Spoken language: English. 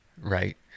right